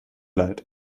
leid